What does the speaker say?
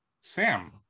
Sam